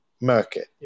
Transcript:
market